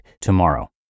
tomorrow